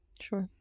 sure